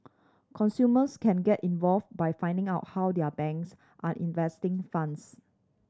consumers can get involved by finding out how their banks are investing funds